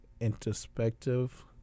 introspective